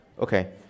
Okay